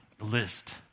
list